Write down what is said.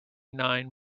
nine